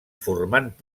formant